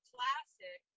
Classic